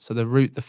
so the root, the